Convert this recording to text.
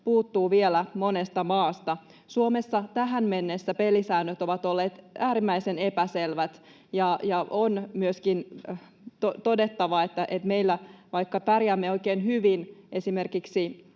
puuttuu vielä monesta maasta. Suomessa tähän mennessä pelisäännöt ovat olleet äärimmäisen epäselvät, ja on myöskin todettava, että meilläkin — vaikka pärjäämme oikein hyvin esimerkiksi